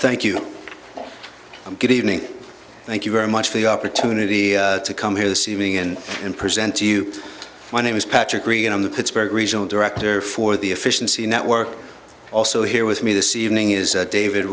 thank you i'm good evening thank you very much for the opportunity to come here this evening and and present to you my name is patrick regan i'm the pittsburgh regional director for the efficiency network also here with me this evening is david